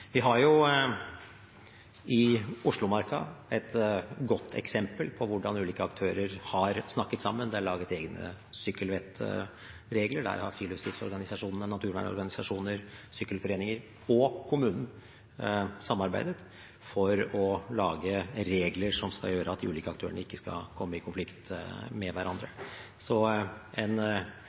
I Oslomarka har vi et godt eksempel på hvordan ulike aktører har snakket sammen. Det er laget egne sykkelvettregler, og der samarbeider de ulike friluftslivs- og naturvernorganisasjonene, sykkelforeninger og kommunen for å lage regler som skal gjøre at de ulike aktørene ikke skal komme i konflikt med hverandre. Så en